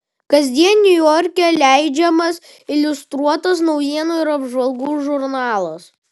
kasdien niujorke leidžiamas iliustruotas naujienų ir apžvalgų žurnalas